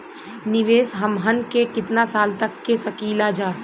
निवेश हमहन के कितना साल तक के सकीलाजा?